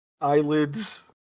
eyelids